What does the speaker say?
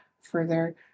further